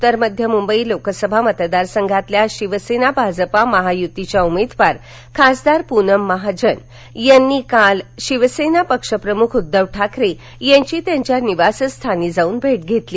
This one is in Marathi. उत्तर मध्य मुंबई लोकसभा मतदारसंघातील शिवसेना भाजपा महायुतीच्या उमेदवार खासदार पुनम महान यांनी काल शिवसेना पक्षप्रमुख उद्धव ठाकरे यांची त्यांच्या निवासस्थानी जावून भेट घेतली